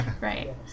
Right